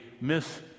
miss